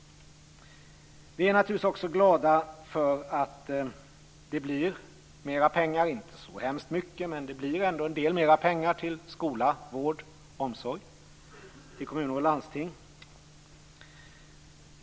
Vi är naturligtvis glada för att det bli mer pengar. Det är inte så mycket, men det blir ändå mer pengar till skola, vård och omsorg samt till kommuner och landsting.